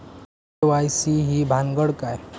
KYC ही भानगड काय?